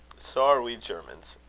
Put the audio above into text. so are we germans.